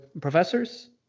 professors